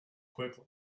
quickly